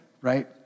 right